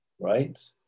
right